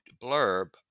blurb